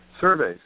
surveys